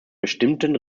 bestimmten